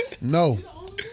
No